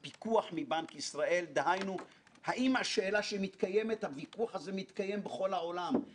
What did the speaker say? בעיקר בשמירה על היציבות ולא עוסק בתחרות,